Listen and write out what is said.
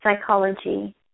psychology